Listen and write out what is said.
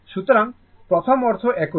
সুতরাং পরম অর্থ একই